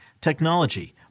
technology